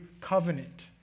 covenant